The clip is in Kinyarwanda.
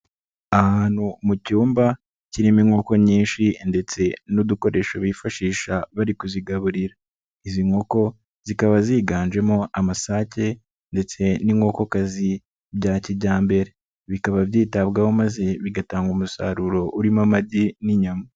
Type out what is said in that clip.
Ahantu mu cyumba kirimo inkoko nyinshi ndetse n'udukoresho bifashisha bari kuzigaburira, izi nkoko zikaba ziganjemo amasake ndetse n'inkokokakazi bya kijyambere, bikaba byitabwaho maze bigatanga umusaruro urimo amagi n'inyama.